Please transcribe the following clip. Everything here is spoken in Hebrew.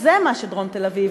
זה מה שדרום תל-אביב